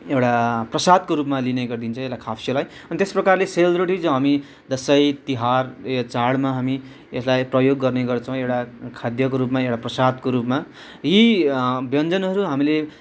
एउटा प्रसादको रूपमा लिने गरिन्छ यसलाई खाप्स्योलाई त्यस प्रकारले सेलरोटी चाहिँ हामी दसैँ तिहार यो चाडमा हामी यसलाई प्रयोग गर्नेगर्छौँ एउटा खाद्यको रूपमा एउटा प्रसादको रूपमा यी व्यञ्जनहरू हामीले